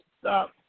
stop